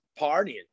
partying